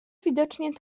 widocznie